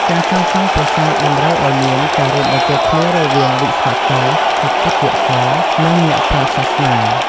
ការសាងសង់ប្រាសាទតម្រូវឲ្យមានការរួមបញ្ចូលគ្នារវាងវិស្វករ ស្ថាបត្យករ និងអ្នកប្រាជ្ញសាសនា។